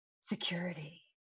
Security